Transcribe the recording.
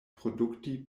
produkti